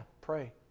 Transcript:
pray